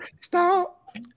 stop